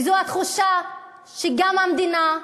וזו התחושה שגם המדינה,